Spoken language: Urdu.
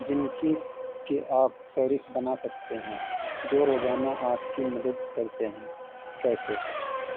جن کی کہ آپ فہرست بنا سکتے ہیں جو روزانہ آپ کی مدد کرتے ہیں کیسے